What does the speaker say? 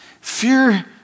Fear